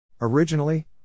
Originally